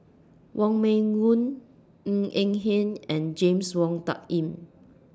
Wong Meng Voon Ng Eng Hen and James Wong Tuck Yim